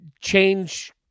Change